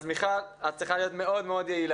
אז מיכל, את צריכה להיות מאוד יעילה.